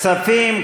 כספים,